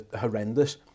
horrendous